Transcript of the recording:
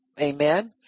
Amen